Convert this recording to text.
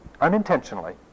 unintentionally